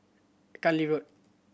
Cluny Road